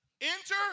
enter